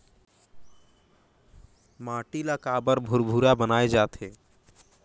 माटी ला काबर भुरभुरा बनाय जाथे?